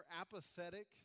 apathetic